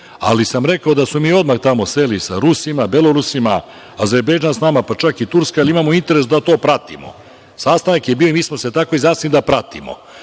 sam da smo se odmah sreli sa Rusima, Belorusila, Azerbejdžan s nama, pa čak i Turska, jer imamo interes da to pratimo. Sastanak je bio i mi smo se tako izjasnili da pratimo.